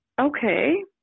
okay